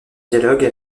dialogue